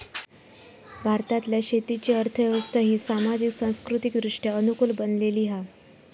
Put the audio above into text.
भारतातल्या शेतीची अर्थ व्यवस्था ही सामाजिक, सांस्कृतिकदृष्ट्या अनुकूल बनलेली हा